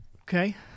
Okay